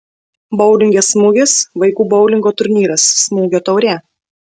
boulinge smūgis vaikų boulingo turnyras smūgio taurė